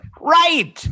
Right